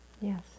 Yes